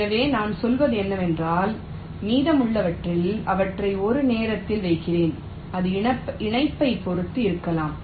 எனவே நான் சொல்வது என்னவென்றால் மீதமுள்ளவற்றில் அவற்றை ஒரு நேரத்தில் வைக்கிறேன் இது இணைப்பைப் பொறுத்து இருக்கலாம்